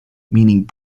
meaning